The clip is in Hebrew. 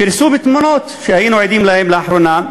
היא פרסום תמונות שהיינו עדים להן באחרונה,